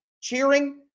cheering